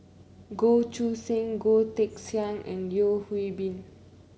Goh Choo San Goh Teck Sian and Yeo Hwee Bin